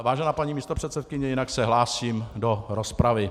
Vážená paní místopředsedkyně, jinak se hlásím do rozpravy.